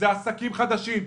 זה עסקים חדשים,